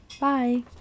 bye